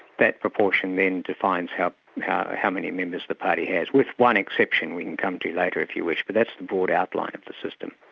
that proportion then defines how how many members the party has, with one exception we can come to later if you wish, but that's the broad outline of the system.